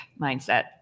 mindset